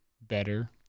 better